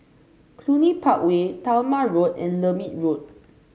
Cluny Park Way Talma Road and Lermit Road